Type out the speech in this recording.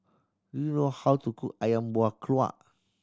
do you know how to cook Ayam Buah Keluak